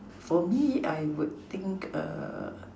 for me I would think us